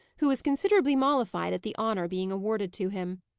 who was considerably mollified at the honour being awarded to him.